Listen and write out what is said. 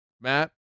matt